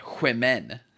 women